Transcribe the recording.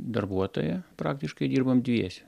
darbuotoją praktiškai dirbam dviese